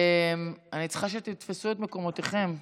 אני צריכה שתתפסו את מקומותיכם.